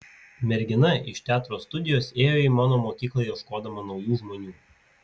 mergina iš teatro studijos ėjo į mano mokyklą ieškodama naujų žmonių